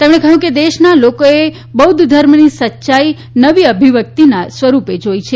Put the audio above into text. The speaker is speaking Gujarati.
તેમણે કહ્યું કે દેશના લોકોએ બૌદ્વ ધર્મની સચ્યાઇ નવી અભિવ્યક્તિના સ્વરૂપે જોઇ છે